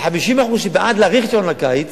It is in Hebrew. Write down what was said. בין ה-50% שבעד להאריך את שעון הקיץ,